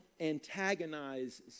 antagonize